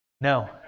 No